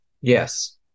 Yes